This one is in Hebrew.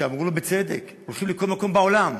שאמרו לו בצדק: הולכים לכל מקום בעולם,